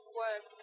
work